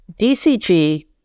DCG